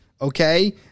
okay